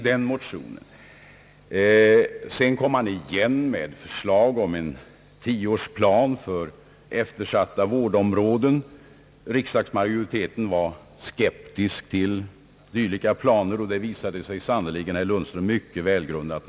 Man kom senare igen med ett förslag om en tioårsplan för eftersatta vårdområden. Riksdagsmajoriteten var skeptisk mot dylika planer och det visade sig välgrundat.